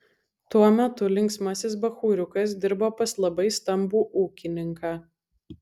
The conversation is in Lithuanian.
tuo metu linksmasis bachūriukas dirbo pas labai stambų ūkininką